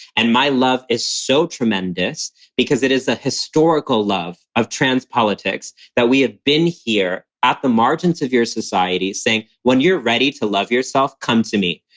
and my love is so tremendous because it is a historical love of trans politics that we have been here at the margins of your society saying when you're ready to love yourself, come to me.